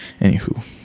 anywho